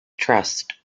trust